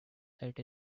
sight